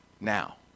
now